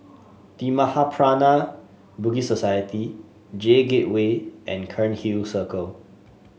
The Mahaprajna Buddhist Society J Gateway and Cairnhill Circle